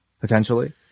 potentially